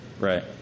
Right